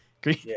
Green